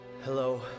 Hello